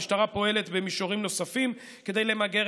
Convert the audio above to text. המשטרה פועלת במישורים נוספים כדי למגר